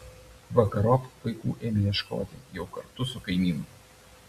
vakarop vaikų ėmė ieškoti jau kartu su kaimynu